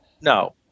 No